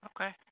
Okay